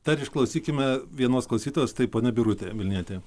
dar išklausykime vienos klausytojos tai ponia birutė vilnietė